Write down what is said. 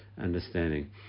understanding